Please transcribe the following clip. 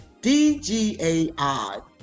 DGAI